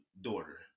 daughter